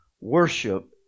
worship